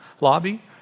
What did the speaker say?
lobby